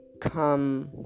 come